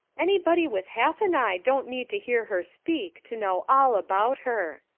anybody with half an eye don't need to hear her speak to know all about her.